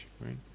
right